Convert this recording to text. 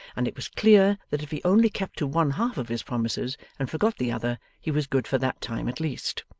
and it was clear that if he only kept to one-half of his promises and forgot the other, he was good for that time at least.